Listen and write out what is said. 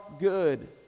good